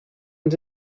ens